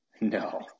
No